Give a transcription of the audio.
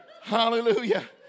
Hallelujah